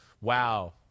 wow